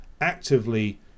actively